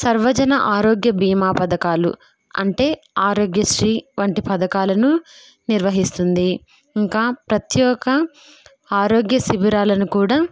సర్వజన ఆరోగ్య బీమా పథకాలు అంటే ఆరోగ్యశ్రీ వంటి పథకాలను నిర్వహిస్తుంది ఇంకా ప్రతీ ఒక ఆరోగ్య శిబిరాలను కూడా